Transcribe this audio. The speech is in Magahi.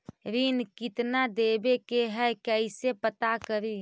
ऋण कितना देवे के है कैसे पता करी?